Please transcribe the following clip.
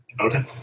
Okay